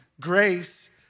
Grace